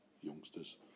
youngsters